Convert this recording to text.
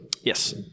Yes